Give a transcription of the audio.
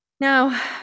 Now